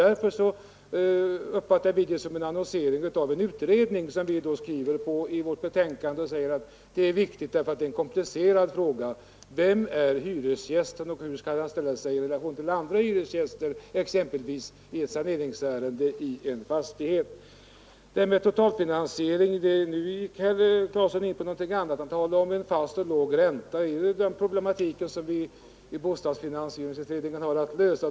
Därför uppfattar vi det som en annonsering av en utredning. Vi säger i vårt betänkande att eftersom det är en komplicerad fråga är det viktigt att fastställa vem som är ”hyresgäst” och hur denne skall ställa sig i relation till andra hyresgäster, exempelvis i ett saneringsärende rörande en fastighet. Vad beträffar totalfinansieringen talade herr Claeson nu om en fast och låg ränta. Det är den problematiken som vi i bostadsfinansieringsutredningen har att lösa.